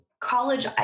college